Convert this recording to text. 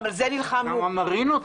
גם המרינות פתוחות.